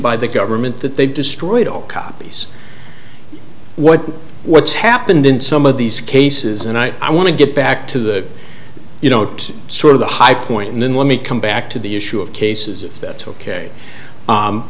by the government that they destroyed all copies what what's happened in some of these cases and i want to get back to the you don't sort of the high point and then let me come back to the issue of cases if that's ok